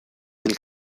del